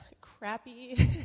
crappy